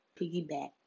Piggyback